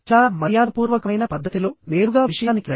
చాలా మర్యాదపూర్వకమైన పద్ధతిలో నేరుగా విషయానికి రండి